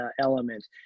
element